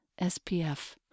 SPF